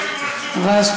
לא, רשום, רשום.